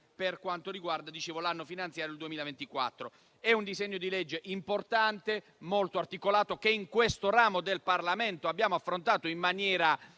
per quanto riguarda l'anno finanziario 2024. Quello in esame è un disegno di legge importante, molto articolato, che in questo ramo del Parlamento abbiamo esaminato in maniera